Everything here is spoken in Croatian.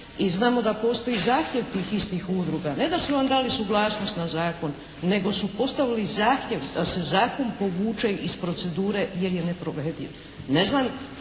i znamo da postoji zahtjev tih istih udruga. Ne da su nam dali suglasnost na zakon, nego su postavili zahtjev da se zakon povuče iz procedure jer je neprovediv.